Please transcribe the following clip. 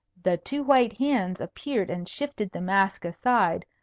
the two white hands appeared and shifted the mask aside,